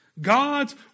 God's